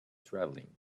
travelling